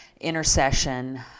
intercession